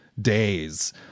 days